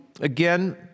again